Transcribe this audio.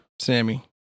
sammy